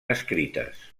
escrites